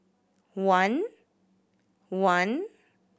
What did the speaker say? one one